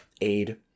aid